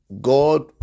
God